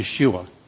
Yeshua